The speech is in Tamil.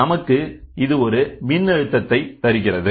நமக்கு இது ஒரு மின்னழுத்தத்தை தருகிறது